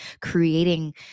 creating